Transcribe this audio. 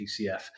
TCF